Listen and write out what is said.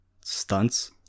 Stunts